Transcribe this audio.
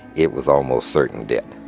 it was almost certain death.